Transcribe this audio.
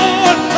Lord